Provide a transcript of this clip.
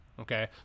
okay